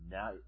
Now